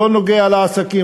לא נוגע לעסקים,